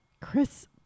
Chris